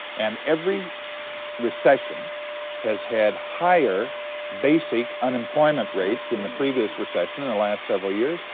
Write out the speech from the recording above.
and every recession has had higher basic unemployment rates than the previous recession in the last several years,